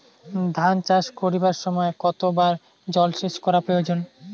ধান চাষ করিবার সময় কতবার জলসেচ করা প্রয়োজন?